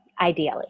ideally